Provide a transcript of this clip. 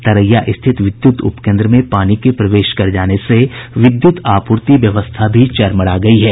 तरैया स्थित विद्युत उप केन्द्र में पानी के प्रवेश कर जाने से विद्युत आपूर्ति व्यवस्था भी चरमरा गयी है